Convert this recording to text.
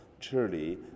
Truly